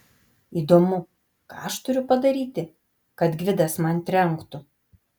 įdomu ką aš turiu padaryti kad gvidas man trenktų